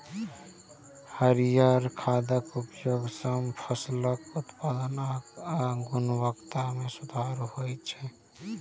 हरियर खादक उपयोग सं फसलक उत्पादन आ गुणवत्ता मे सुधार होइ छै